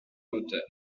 moteurs